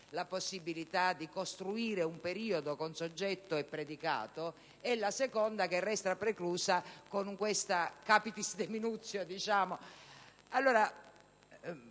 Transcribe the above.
la possibilità di costruire un periodo con soggetto e predicato e la seconda che resta preclusa con una sorta di *capitis deminutio*.